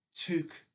took